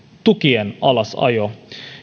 tukien alasajo